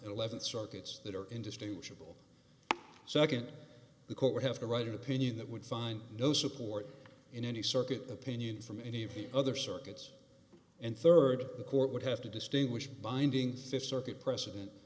eleven circuits that are indistinguishable second the court would have to write an opinion that would find no support in any circuit opinion from any of the other circuits and third the court would have to distinguish binding fifth circuit precedent